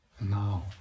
Now